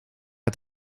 uit